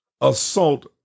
assault